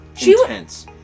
intense